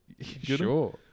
Sure